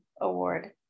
Award